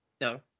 No